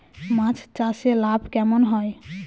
মাছ চাষে লাভ কেমন হয়?